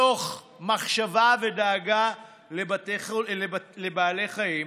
מתוך מחשבה ודאגה לבעלי חיים,